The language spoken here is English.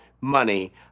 money